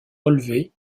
relevés